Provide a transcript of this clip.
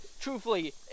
truthfully